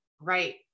Right